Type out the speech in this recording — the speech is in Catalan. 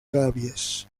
gàbies